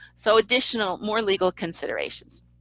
so additional, more legal considerations.